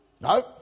No